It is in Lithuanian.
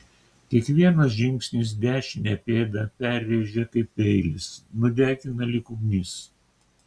kiekvienas žingsnis dešinę pėdą perrėžia kaip peilis nudegina lyg ugnis